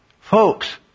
Folks